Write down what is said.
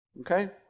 Okay